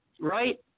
right